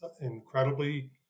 incredibly